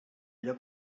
allò